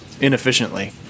inefficiently